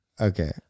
Okay